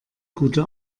gute